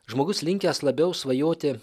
žmogus linkęs labiau svajoti